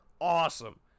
awesome